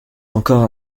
encore